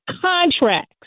contracts